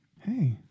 Hey